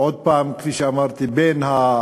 עוד פעם, כפי שאמרתי, בין המשימות,